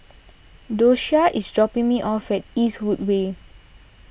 Doshia is dropping me off at Eastwood Way